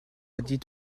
added